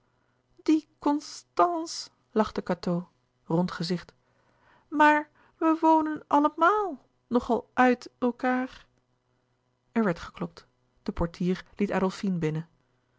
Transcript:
die constànce lachte cateau rond gezicht maar we wonen a l l e m a a l nog al u i t elkaâr er werd geklopt de portier liet adolfine binnen